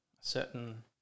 certain